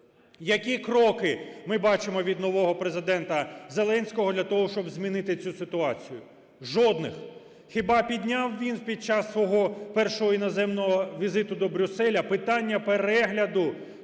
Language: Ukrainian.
Які кроки ми бачимо від нового Президента Зеленського для того, щоб змінити цю ситуацію? Жодних! Хіба підняв він під час свого першого іноземного візиту до Брюсселя питання перегляду